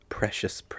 Precious